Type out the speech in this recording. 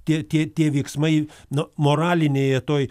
tie tie tie veiksmai nu moralinėje toj